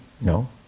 No